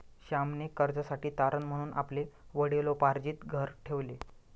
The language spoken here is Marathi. श्यामने कर्जासाठी तारण म्हणून आपले वडिलोपार्जित घर ठेवले